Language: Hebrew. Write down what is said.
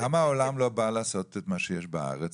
למה העולם לא בא לעשות את מה שיש בארץ?